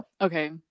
Okay